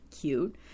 cute